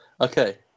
Okay